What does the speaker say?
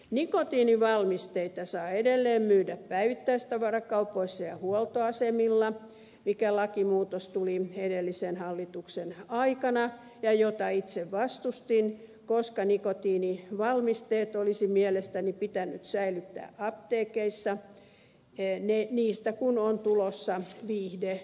nikotiinivalmisteita saa edelleen myydä päivittäistavarakaupoissa ja huoltoasemilla joka lakimuutos tuli edellisen hallituksen aikana ja jota itse vastustin koska nikotiinivalmisteet olisi mielestäni pitänyt säilyttää apteekeissa niistä kun on tulossa viihdetuotteita